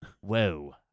Whoa